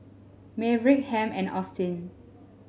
Maverick Hamp and Austin